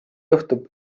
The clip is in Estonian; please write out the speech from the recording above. juhtub